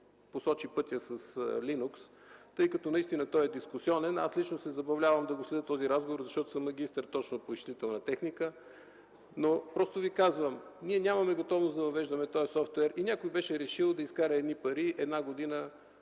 посочи пътя с Linux. Тъй като той е дискусионен, аз лично се забавлявам да следя този разговор, защото съм магистър точно по изчислителна техника. Просто Ви казвам: ние нямаме готовност да въвеждаме този софтуер. Някой беше решил да изкара едни пари една година